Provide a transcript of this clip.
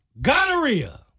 gonorrhea